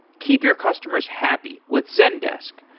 keep your customers happy with zendesk.